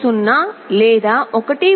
0 లేదా 1